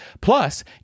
Plus